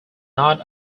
not